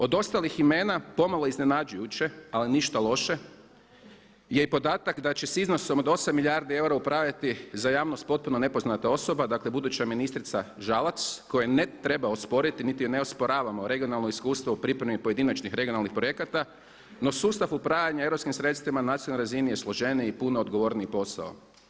Od ostalih imena pomalo iznenađujuće ali ništa loše je i podatak da će sa iznosom od 8 milijardi eura upravljati za javnost potpuno nepoznata osoba dakle buduća ministrica Žalac kojoj ne treba osporiti niti joj ne osporavamo regionalno iskustvo u pripremi pojedinačnih regionalnih projekata no sustav upravljanja europskim sredstvima na nacionalnoj razini je složeniji i puno odgovorniji posao.